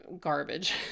garbage